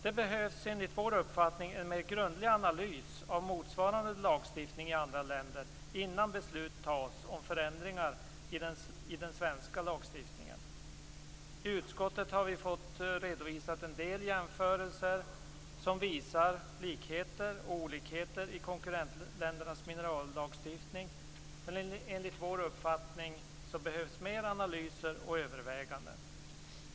Det behövs enligt vår uppfattning en mer grundlig analys av motsvarande lagstiftning i andra länder innan beslut fattas om förändringar i den svenska lagstiftningen. I utskottet har vi fått redovisat en del jämförelser som visar likheter och olikheter i konkurrentländernas minerallagstiftning, men enligt vår uppfattning behövs mer analyser och överväganden.